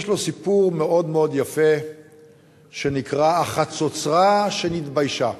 יש לו סיפור מאוד מאוד יפה שנקרא: "החצוצרה נתביישה".